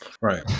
Right